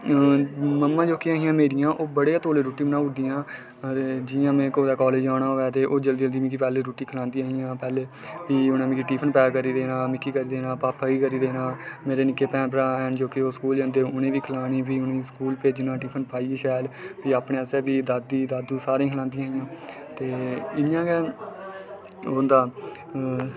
ते मम्मा जेह्कियां हियां मेरियां ओह् बड़े गै तौले रूट्टी बनाई औड़दियां जियां में कालेज जाना होवै ओह् पैह्ले मिगी जल्दी जल्दी रु'ट्टी खलांदियां हियां फ्ही उ'नें मिगी टिफन पैक करी देना पापा गी करी देना मेरे निक्के भैन भ्राऽ ऐ न जोह्के ओह स्कूल जंदे उ'नेंगी बी खलानी फ्ही उनेंगी स्कूल भेजना उठी टिफन पाइयै शैल फ्ही अपने आस्तै बी फ्ही दादू दादी आस्तै बी सारेंगी खलांदियां इयां गै उं'दा